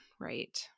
right